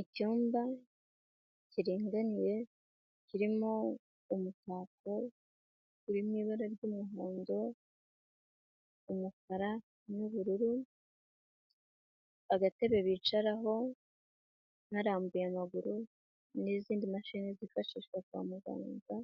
Icyumba kiringaniye kirimo umupapuro uri mwi ibara ry'umuhondo umukara nubururu agatebe bicaraho narambuye amaguru n'izindi mashini zifashishwa kwa muganga